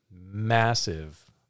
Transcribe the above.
massive